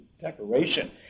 decoration